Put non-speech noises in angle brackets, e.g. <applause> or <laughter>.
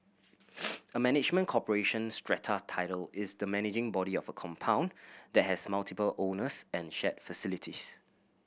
<noise> a management corporation strata title is the managing body of a compound that has multiple owners and shared facilities